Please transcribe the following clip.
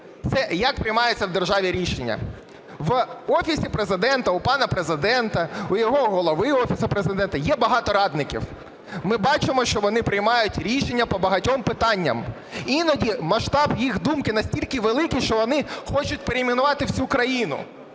це як приймається в державі рішення. В Офісі Президента, у пана Президента, у його голови Офісу Президента є багато радників. Ми бачимо, що вони приймають рішення по багатьом питанням. Іноді масштаб їх думки настільки великий, що вони хочуть перейменувати всю країну.